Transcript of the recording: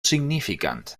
significant